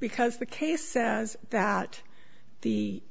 because the case says that the